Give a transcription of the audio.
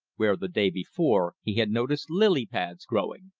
where, the day before, he had noticed lily-pads growing.